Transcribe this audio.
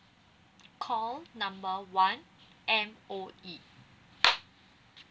call number one M_O_E